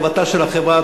טובתה של החברה,